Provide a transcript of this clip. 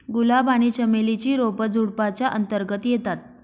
गुलाब आणि चमेली ची रोप झुडुपाच्या अंतर्गत येतात